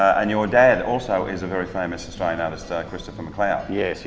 and you ah dad also is a very famous australian artist, christopher mcleod. yes he